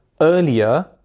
earlier